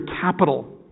capital